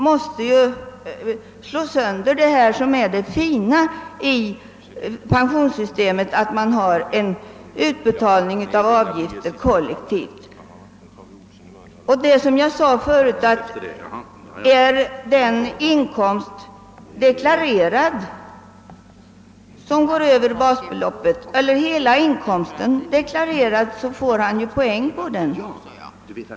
Detta skulle slå sönder det fina i pensionssystemet, som just är att det sker en inbetalning av avgifter kollektivt. Det är som jag sade förut, att om hela inkomsten är deklarerad, så får vederbörande poäng på den.